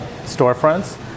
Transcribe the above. storefronts